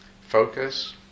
focus